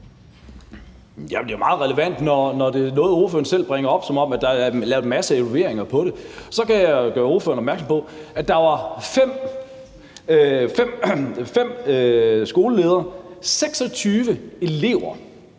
er vel meget relevant, når det er noget, som ordføreren selv bringer op, som om der er lavet en masse evalueringer af det. Så kan jeg gøre ordføreren opmærksom på, at det var 5 skoleledere og 26 elever